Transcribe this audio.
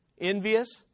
envious